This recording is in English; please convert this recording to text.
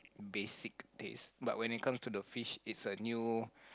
basic taste but when it comes to the fish it's a new